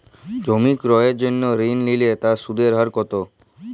জমি ক্রয়ের জন্য ঋণ নিলে তার সুদের হার কতো?